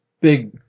big